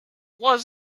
was